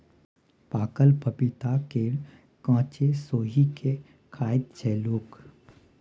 पाकल पपीता केँ कांचे सोहि के खाइत छै लोक